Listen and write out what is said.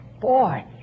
Boy